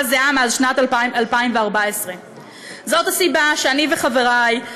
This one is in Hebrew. זהה מאז שנת 2014. זאת הסיבה שאני וחבריי,